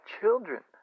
children